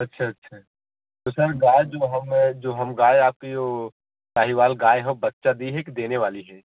अच्छा अच्छा तो सर गाय दो हम जो हम गाय आती है वह साहिवाल गाय हँ बच्चा दीहिक देने वाली है